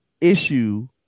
issue